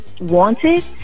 wanted